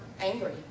angry